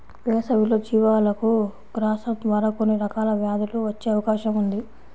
వేసవిలో జీవాలకు గ్రాసం ద్వారా కొన్ని రకాల వ్యాధులు వచ్చే అవకాశం ఉంది